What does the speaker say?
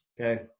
Okay